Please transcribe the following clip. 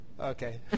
Okay